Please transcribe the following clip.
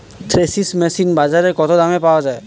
Threshing machine বাজারে কত দামে পাওয়া যায়?